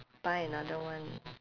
buy another one